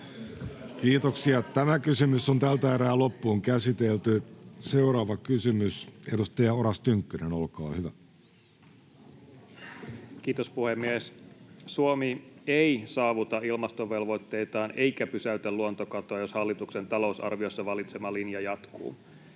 edelleen. Eli kannattaa perehtyä asioihin. Seuraava kysymys, edustaja Oras Tynkkynen, olkaa hyvä. Kiitos puhemies! Suomi ei saavuta ilmastovelvoitteitaan eikä pysäytä luontokatoa, jos hallituksen talousarviossa valitsema linja jatkuu.